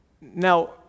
Now